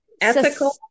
ethical